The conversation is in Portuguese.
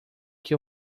que